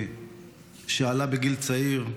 שעלה בגיל צעיר,